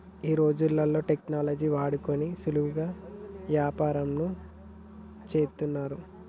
ఈ రోజుల్లో టెక్నాలజీని వాడుకొని సులువుగా యాపారంను చేత్తన్నారు